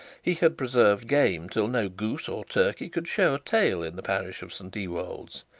he had preserved game till no goose or turkey could show a tail in the parish of st ewold's.